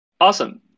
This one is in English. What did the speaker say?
Awesome